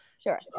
Sure